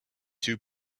two